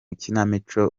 ikinamico